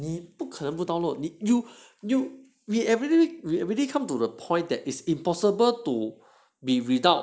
你不可能不 download the you you we everyday everyday come to the point that is impossible to be without